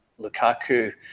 Lukaku